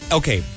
okay